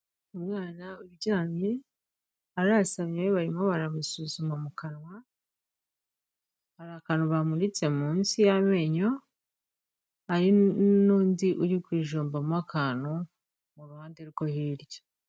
Umwana uryamye arayasamye barimo baramusuzuma mu kanwa hari akantu bamuritse munsi y'amenyo haru n'undi uri kwijombamo akantu mu ruhande rwo hirya.